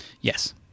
yes